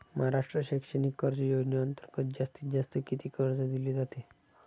महाराष्ट्र शैक्षणिक कर्ज योजनेअंतर्गत जास्तीत जास्त किती कर्ज दिले जाते?